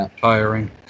tiring